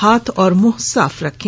हाथ और मुंह साफ रखें